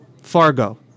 Fargo